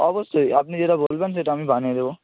অবশ্যই আপনি যেটা বলবেন সেটা আমি বানিয়ে দেবো